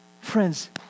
Friends